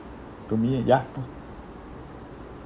to me ya